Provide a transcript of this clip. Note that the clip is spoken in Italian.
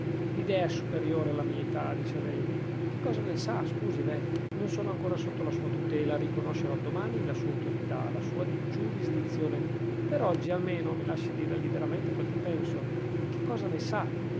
l'idea è superiore alla mia età dice lei che cosa ne sa scusi veh non sono ancora sotto la sua tutela riconoscerò domani la sua autorità la sua giurisdizione per oggi almeno mi lasci dire liberamente quello che penso che cosa ne sa